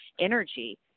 energy